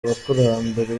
abakurambere